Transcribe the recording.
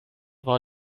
war